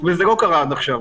וזה לא קרה עד עכשיו.